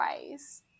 ways